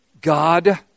God